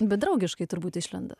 bet draugiškai turbūt išlenda